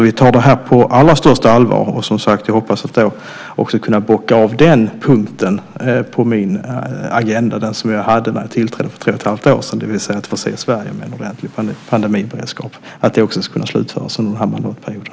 Vi tar det här på allra största allvar, och jag hoppas kunna bocka av även den punkten på min agenda som jag hade när jag tillträdde för 21⁄2 år sedan. Jag vill se ett Sverige med en ordentlig pandemiberedskap. Jag hoppas att det ska kunna slutföras under den här mandatperioden.